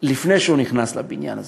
לפני שהוא נכנס לבניין הזה?